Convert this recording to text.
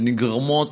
שנגרמות